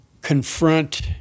confront